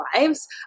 lives